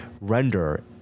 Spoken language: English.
render